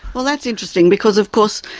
well, that's interesting because of course,